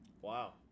Wow